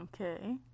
Okay